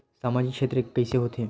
सामजिक क्षेत्र के कइसे होथे?